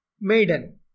Maiden